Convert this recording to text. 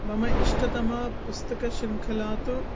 मम इष्टतमा पुस्तकशृङ्खला तु